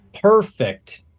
perfect